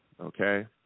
okay